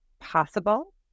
possible